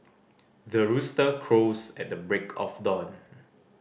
the rooster crows at the break of dawn